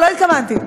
לא התכוונתי.